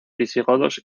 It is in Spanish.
visigodos